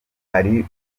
hari